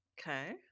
okay